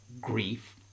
grief